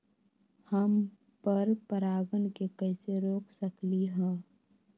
हम पर परागण के कैसे रोक सकली ह?